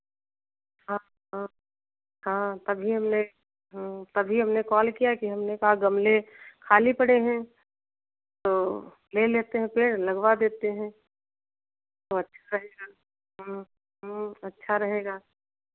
हाँ हाँ तभी हमने तभी हमने क्वालिटी हमने कहा गमले खाली पड़े हैं तो ले लेते हैं पेड़ लगवा देते हैं तो अच्छा रहेगा अच्छा रहेगा